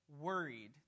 worried